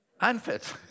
unfit